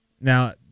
now